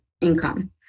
income